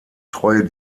treue